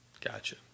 Gotcha